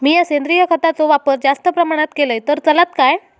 मीया सेंद्रिय खताचो वापर जास्त प्रमाणात केलय तर चलात काय?